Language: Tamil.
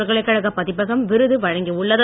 பல்கலைக்கழகப் பதிப்பகம் விருது வழங்கியுள்ளது